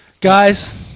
Guys